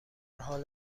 حال